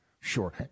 sure